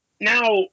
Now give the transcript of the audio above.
Now